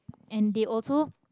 and they also